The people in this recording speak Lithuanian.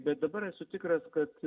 bet dabar esu tikras kad